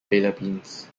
philippines